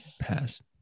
pass